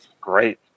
great